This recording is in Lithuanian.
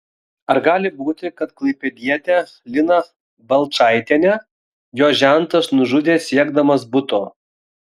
ar gali būti kad klaipėdietę liną balčaitienę jos žentas nužudė siekdamas buto